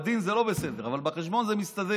בדין זה לא בסדר אבל בחשבון זה מסתדר.